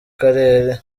karere